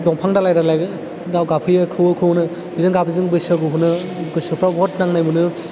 दंफां दालाइ दालाइ दाउ गाबफैयो खौवौ खौवौनो बेजों गाब जों बैसागुखौनो गोसोफ्राव बहद नांनाय मोनो